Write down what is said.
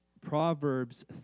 Proverbs